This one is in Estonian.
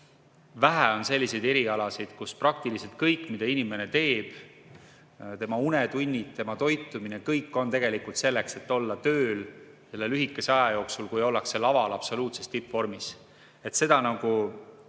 Vähe on selliseid erialasid, kus praktiliselt kõik, mida inimene teeb, tema unetunnid, tema toitumine – kõik on tegelikult selleks, et olla tööl selle lühikese aja jooksul, kui ollakse laval absoluutses tippvormis. Seda ei